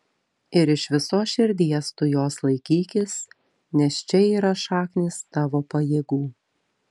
ir iš visos širdies tu jos laikykis nes čia yra šaknys tavo pajėgų